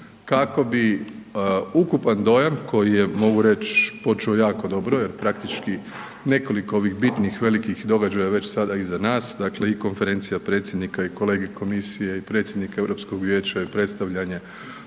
kako bi ukupan dojam koji je mogu reć počeo jako dobro jer praktički nekoliko ovih bitnih velikih događaja već sada iza nas, dakle i konferencija predsjednika i kolegij komisije i predsjednika Europskog vijeća i predstavljanje